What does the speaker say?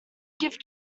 give